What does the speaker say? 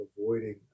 avoiding